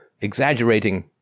exaggerating